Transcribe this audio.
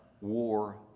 war